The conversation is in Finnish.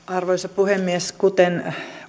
arvoisa puhemies kuten